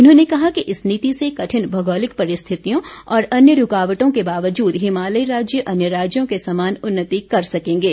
उन्होंने कहा कि इस नीति से कठिन भौगोलिक परिस्थितियों और अन्य रूकावटों के बावजूद हिमालयी राज्य अन्य राज्यों के समान उन्नति कर सकेंगे